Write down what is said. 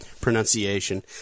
pronunciation